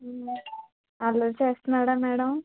అల్లరి చేస్తన్నాడా మేడమ్